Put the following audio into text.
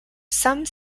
some